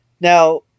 now